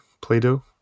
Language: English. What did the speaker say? Play-Doh